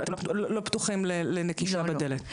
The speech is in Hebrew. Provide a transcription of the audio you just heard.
אבל אתם לא פתוחים לנקישה בדלת?